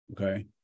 Okay